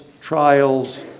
trials